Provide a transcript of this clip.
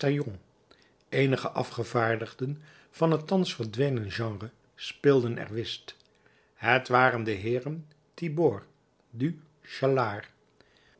eenige afgevaardigden van een thans verdwenen genre speelden er whist het waren de heeren thibord du